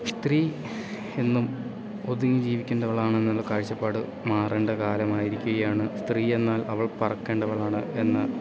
സ്ത്രീ എന്നും ഒതുങ്ങി ജീവിക്കേണ്ടവളാണെന്നുള്ള കാഴ്ചപ്പാട് മാറേണ്ട കാലമായിരിക്കുകയാണ് സ്ത്രീ എന്നാൽ അവൾ പറക്കേണ്ടവളാണ് എന്ന